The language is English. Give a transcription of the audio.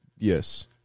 Yes